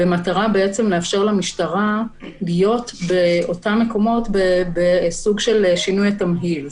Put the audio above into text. במטרה לאפשר למשטרה להיות באותם מקומות בסוג של שינוי התמהיל,